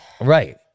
right